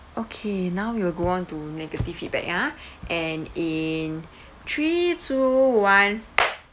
okay now we will go on to negative feedback ah and in three two one